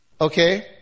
okay